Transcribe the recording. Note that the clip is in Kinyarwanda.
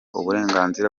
uburenganzira